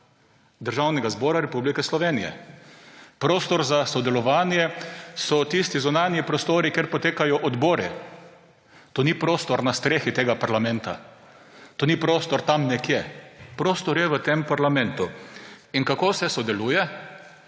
Državnega zbora Republike Slovenije. Prostor za sodelovanje so tisti zunanji prostori, kjer potekajo odbori. To ni prostor na strehi tega parlamenta, to ni prostor tam nekje. Prostor je v tem parlamentu. In kako se sodeluje?